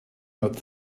not